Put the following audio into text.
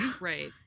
right